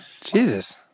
Jesus